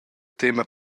tema